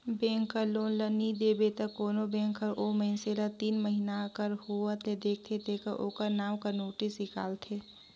bank कर loan ल नी देबे त कोनो बेंक हर ओ मइनसे ल तीन महिना कर होवत ले देखथे तेकर ओकर नांव कर नोटिस हिंकालथे